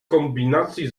kombinacji